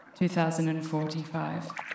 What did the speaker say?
2045